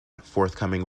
forthcoming